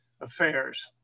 affairs